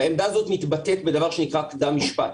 והעמדה הזאת מתבטאת בדבר שנקרא קדם משפט,